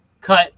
cut